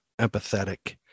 empathetic